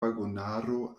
vagonaro